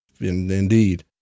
indeed